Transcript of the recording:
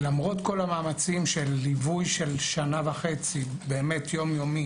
למרות כל המאמצים של ליווי של שנה וחצי יום-יומי